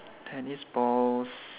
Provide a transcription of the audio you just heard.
tennis balls